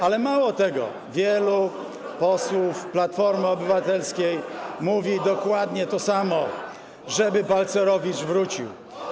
Ale mało tego, wielu posłów Platformy Obywatelskiej mówi dokładnie to samo, żeby Balcerowicz wrócił.